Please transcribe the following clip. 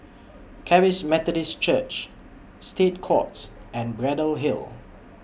Charis Methodist Church State Courts and Braddell Hill